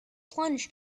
plunge